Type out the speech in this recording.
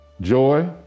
joy